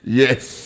yes